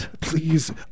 Please